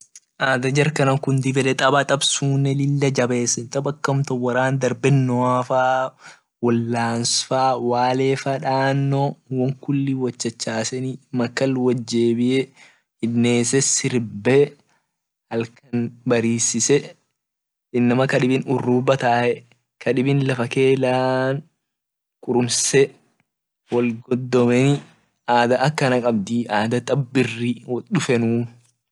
Ada jarkuni dib ede taba, tab kunni lila jabesen tab ak amtan woran darenoafa wolans faa walefa dano won kulli wot chachaseni makal wotjebie hinnese sirbe halkan barisise inama kadibin uruba taye kadibi lafa kee lan kurmse wogodomeni ada akana kabdii ada tb biri wot dufenun.